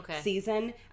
season